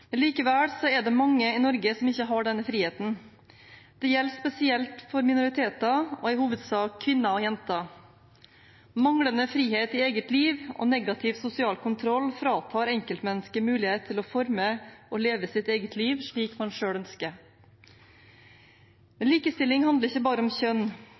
Likevel er det mange i Norge som ikke har denne friheten. Det gjelder spesielt for minoriteter, og i hovedsak kvinner og jenter. Manglende frihet i eget liv og negativ sosial kontroll fratar enkeltmennesket muligheten til å forme og leve sitt eget liv slik man selv ønsker. Men likestilling handler ikke bare om